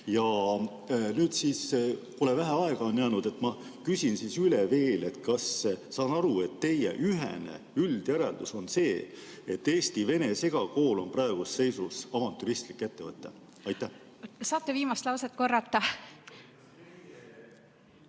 Ja nüüd siis, kole vähe aega on jäänud, ma küsin üle veel, et kas saan [õigesti] aru, et teie ühene üldjäreldus on see, et eesti-vene segakool on praeguses seisus avantüristlik ettevõtmine. Kas saate viimast lauset korrata?